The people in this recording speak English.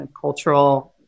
cultural